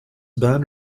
band